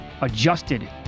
adjusted